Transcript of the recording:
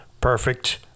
Perfect